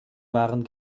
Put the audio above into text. waren